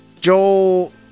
Joel